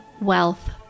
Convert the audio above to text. Wealth